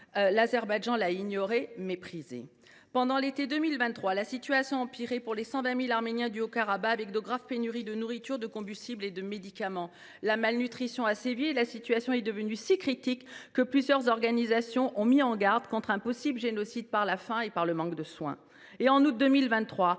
l’Azerbaïdjan l’a ignorée, méprisée. Durant l’été 2023, la situation a empiré pour les 120 000 Arméniens du Haut Karabagh, avec de graves pénuries de nourriture, de combustibles et de médicaments. La malnutrition a sévi et la situation est devenue si critique que plusieurs organisations ont mis en garde contre un possible génocide par la faim et par le manque de soins. En août 2023,